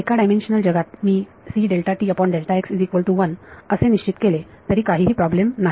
एका डायमेन्शनल जगात मी 1 असे निश्चित केले तरी काहीही प्रॉब्लेम नाही